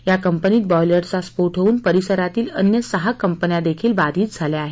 या कंपनीत बॉयलरचा स्फोट होऊन परिसरातील अन्य सहा कंपन्यादेखील बाधित झाल्या आहेत